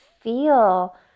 feel